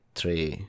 three